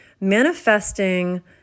manifesting